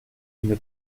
une